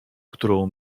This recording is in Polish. którą